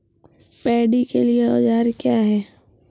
Paddy के लिए औजार क्या हैं?